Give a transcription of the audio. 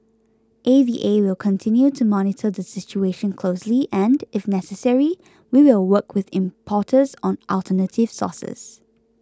A V A will continue to monitor the situation closely and if necessary we will work with importers on alternative sources